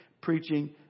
preaching